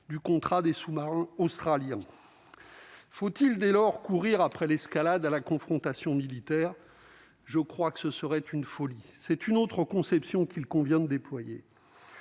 du contrat des sous-marins australiens, faut-il dès lors, courir après l'escalade à la confrontation militaire, je crois que ce serait une folie, c'est une autre conception qu'il convient d'déployés.